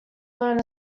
learn